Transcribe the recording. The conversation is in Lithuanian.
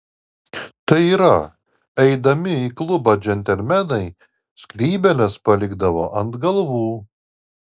tai yra eidami į klubą džentelmenai skrybėles palikdavo ant galvų